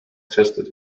tested